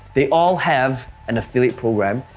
they all have an affiliate program,